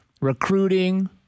recruiting